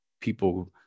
people